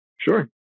Sure